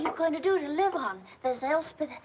going to do to live on? there's elspeth.